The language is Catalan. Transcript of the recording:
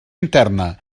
interna